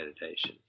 meditation